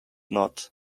not